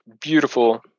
beautiful